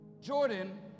Jordan